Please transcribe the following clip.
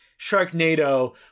Sharknado